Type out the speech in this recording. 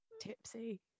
tipsy